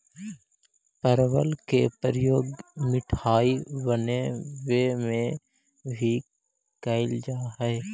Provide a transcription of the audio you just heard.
परवल के प्रयोग मिठाई बनावे में भी कैल जा हइ